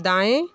दाएँ